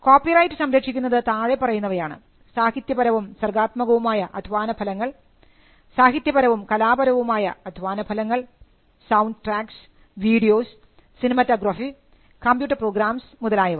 Copyright copyright സംരക്ഷിക്കുന്നത് താഴെ പറയുന്നവയാണ് സാഹിത്യപരവും സർഗാത്മകവുമായ അധ്വാന ഫലങ്ങൾ സാഹിത്യപരവും കലാപരവുമായ അധ്വാന ഫലങ്ങൾ sound tracks videos cinematography computer programs മുതലായവ